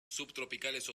subtropicales